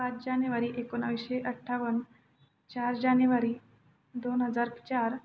पाच जानेवारी एकोणावीसशे अठ्ठावन्न चार जानेवारी दोन हजार चार